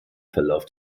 verlauf